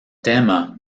tema